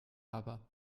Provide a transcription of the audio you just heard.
aber